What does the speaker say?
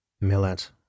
Millet